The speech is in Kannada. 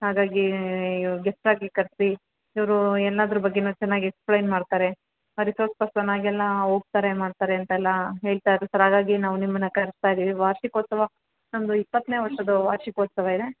ಹಾಗಾಗಿ ಇವ್ರ ಗೆಸ್ಟ್ ಆಗಿ ಕರೆಸಿ ಇವರು ಎಲ್ಲದರ ಬಗ್ಗೆಯೂ ಚೆನ್ನಾಗಿ ಎಕ್ಸ್ಪ್ಲೈನ್ ಮಾಡ್ತಾರೆ ರಿಸೋರ್ಸ್ ಪರ್ಸನ್ನಾಗಿ ಎಲ್ಲ ಹೋಗ್ತಾರೆ ಮಾಡ್ತಾರೆ ಅಂತೆಲ್ಲಾ ಹೇಳ್ತಾ ಇದ್ದರು ಸರ್ ಹಾಗಾಗಿ ನಾವು ನಿಮ್ಮನ್ನು ಕರೆಸ್ತಾ ಇದ್ದೀವಿ ವಾರ್ಷಿಕೋತ್ಸವ ನಮ್ಮದು ಇಪ್ಪತ್ತನೇ ವರ್ಷದ ವಾರ್ಷಿಕೋತ್ಸವ ಇದೆ